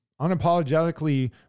unapologetically